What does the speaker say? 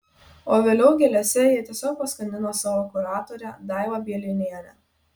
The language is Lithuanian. o vėliau gėlėse jie tiesiog paskandino savo kuratorę daivą bielinienę